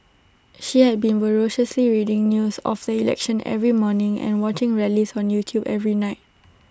she had been voraciously reading news of the election every morning and watching rallies on YouTube every night